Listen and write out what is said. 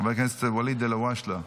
חבר הכנסת ואליד אלהואשלה,